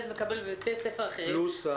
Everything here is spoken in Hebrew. מקבל בבתי ספר אחרים פלוס דברים נוספים,